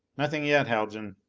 nothing yet, haljan.